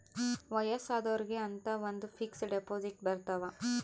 ವಯಸ್ಸಾದೊರ್ಗೆ ಅಂತ ಒಂದ ಫಿಕ್ಸ್ ದೆಪೊಸಿಟ್ ಬರತವ